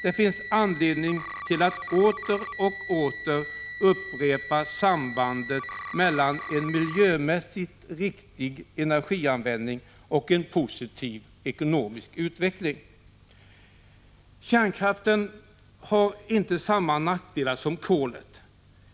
Det finns anledning att åter och åter upprepa sambandet mellan en miljömässigt riktig energianvändning och en positiv ekonomisk utveckling. Kärnkraften har inte samma nackdelar som kolet,